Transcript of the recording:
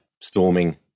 storming